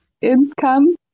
income